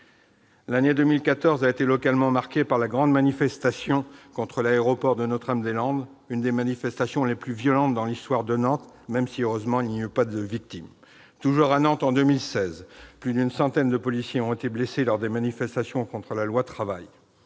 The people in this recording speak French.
L'année 2014 a été localement marquée par la grande manifestation contre l'aéroport de Notre-Dame-des-Landes, une des manifestations les plus violentes dans l'histoire de Nantes, même s'il n'y eut heureusement aucune victime. Toujours à Nantes, en 2016, plus d'une centaine de policiers ont été blessés lors des manifestations contre la loi Travail.